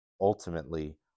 Ultimately